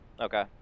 Okay